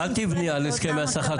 אל תבני על הסכמי השכר.